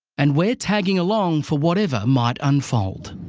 and we're tagging along for whatever might unfold.